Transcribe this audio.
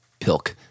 pilk